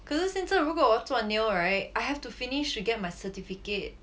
可是现在如果我要做 nail right I have to finish to get my certificate